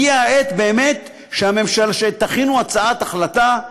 הגיעה העת, באמת, שתכינו הצעת החלטה,